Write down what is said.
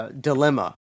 dilemma